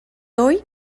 hoy